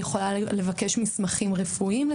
היא יכולה לבקש מסמכים רפואיים לטובת העניין